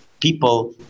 people